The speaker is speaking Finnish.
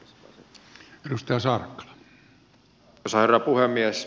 arvoisa herra puhemies